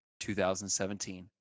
2017